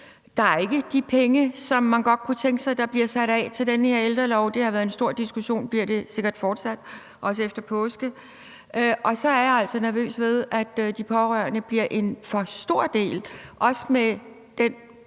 der er ikke de penge, som man godt kunne tænke sig blev sat af til den her ældrelov. Det har der været stor diskussion om, og det bliver der sikkert fortsat, også efter påske. Så er jeg altså nervøs for, at de pårørende bliver for stor en del af det,